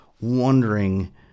wondering